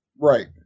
Right